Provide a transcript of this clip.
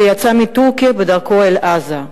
שיצא מטורקיה בדרכו אל עזה,